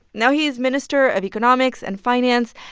now he is minister of economics and finance.